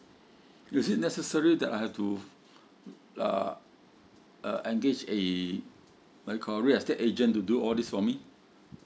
is it necessary that I have to uh uh engage a what is it called real estate agent to do all these for me